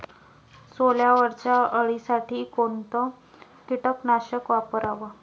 सोल्यावरच्या अळीसाठी कोनतं कीटकनाशक वापराव?